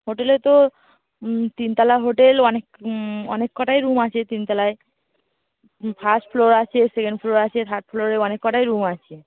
হোটেলে তো তিনতলা হোটেল অনেক অনেক কটাই রুম আছে তিনতালায় ফাস্ট ফ্লোর আছে সেকেন্ড ফ্লোর আছে থার্ড ফ্লোর অনেক কটাই রুম আছে